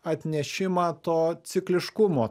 atnešimą to cikliškumo